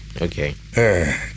Okay